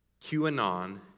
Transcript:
QAnon